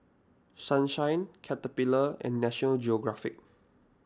Sunshine Caterpillar and National Geographic